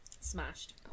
smashed